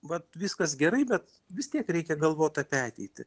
vat viskas gerai bet vis tiek reikia galvot apie ateitį